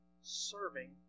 serving